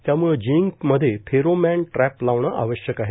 त्याम्ळे जिनिंग मध्ये pheromone trap लावणे आवश्यक आहे